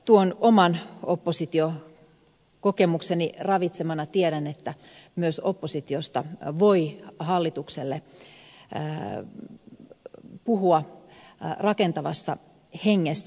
tuon oman oppositiokokemukseni ravitsemana tiedän että myös oppositiosta voi hallitukselle puhua rakentavassa hengessä